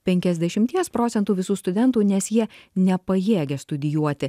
penkiasdešimties procentų visų studentų nes jie nepajėgia studijuoti